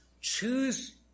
choose